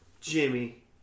Jimmy